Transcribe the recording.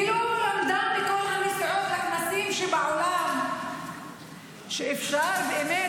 כאילו למדה מכל הנסיעות והכנסים שבעולם שאפשר באמת,